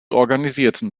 organisierten